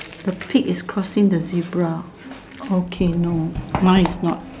the pig is crossing the zebra okay no mine is not